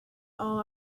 all